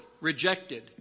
Rejected